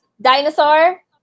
dinosaur